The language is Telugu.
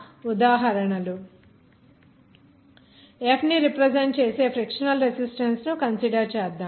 F ని రిప్రజెంట్ చేసే ఫ్రిక్షనల్ రెసిస్టెన్స్ ను కన్సిడర్ చేద్దాం